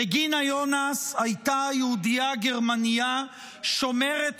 רגינה יונאס הייתה יהודייה גרמניה שומרת